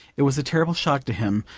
it was a terrible shock to him,